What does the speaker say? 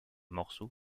morceau